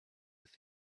with